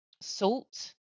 salt